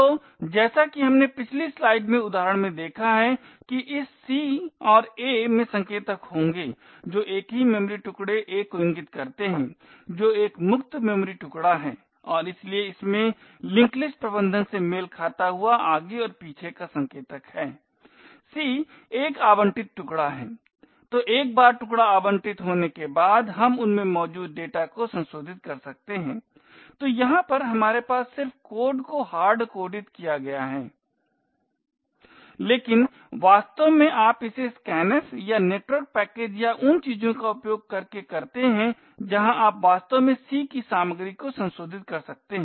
तो जैसा कि हमने पिछली स्लाइड में उदाहरण में देखा है कि इस c और a में संकेतक होंगे जो एक ही मेमोरी टुकडे a को इंगित करते हैं जो एक मुक्त मेमोरी टुकड़ा है और इसलिए इसमें लिंक लिस्ट प्रबंधन से मेल खाता हुआ आगे और पीछे का संकेतक है c एक आबंटित टुकड़ा है तो एक बार टुकड़ा आवंटित होने के बाद हम उनमें मौजूद डेटा को संशोधित कर सकते हैं तो यहाँ पर हमारे पास सिर्फ कोड को हार्ड कोडित किया गया है लेकिन वास्तव में आप इसे scanf या नेटवर्क पैकेट या उन चीजों के उपयोग करके करते है जहां आप वास्तव में c की सामग्री को संशोधित कर सकते हैं